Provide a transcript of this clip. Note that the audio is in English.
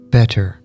Better